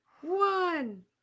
one